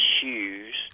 shoes